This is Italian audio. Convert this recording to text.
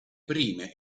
prime